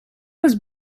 was